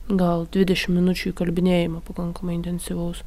gal dvidešim minučių įkalbinėjimo pakankamai intensyvaus